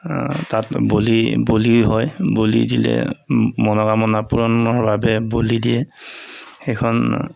তাত বলি বলি হয় বলি দিলে মনোকামনা পূৰণৰ বাবে বলি দিয়ে সেইখন